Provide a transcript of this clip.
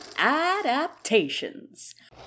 ADAPTATIONS